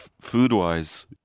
food-wise